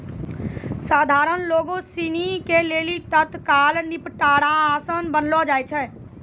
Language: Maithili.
सधारण लोगो सिनी के लेली तत्काल निपटारा असान बनैलो जाय सकै छै